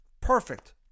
Perfect